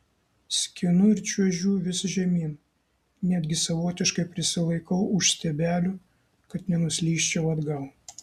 skinu ir čiuožiu vis žemyn netgi savotiškai prisilaikau už stiebelių kad nenuslysčiau atgal